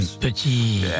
petit